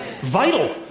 Vital